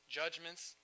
judgments